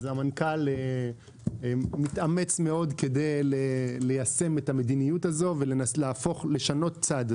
המנכ"ל מתאמץ מאוד ליישם את המדיניות הזאת ולשנות צד.